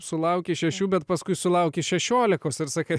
sulauki šešių bet paskui sulauki šešiolikos ir sakai